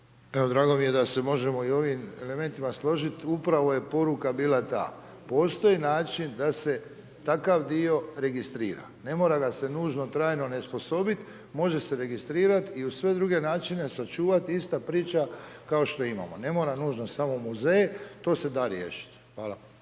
Evo drago mi je da se možemo i u ovim elementima složit. Upravo je poruka bila ta. Postoji način da se takav dio registrira, ne mora ga se nužno trajno onesposobit, može se registrirat i u sve druge načine sačuvati ista priča kao što imamo. Ne mora nužno samo muzej, to se da riješit. Hvala.